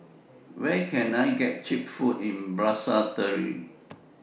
Where Can I get Cheap Food in Basseterre